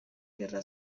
guerra